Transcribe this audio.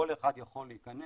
כל אחד יכול להיכנס.